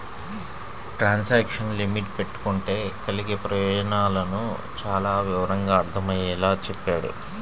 transaction limit పెట్టుకుంటే కలిగే ప్రయోజనాలను చానా వివరంగా అర్థమయ్యేలా చెప్పాడు